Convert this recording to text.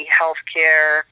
healthcare